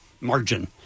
margin